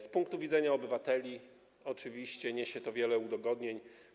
Z punktu widzenia obywateli oczywiście niesie to za sobą wiele udogodnień.